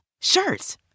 Shirts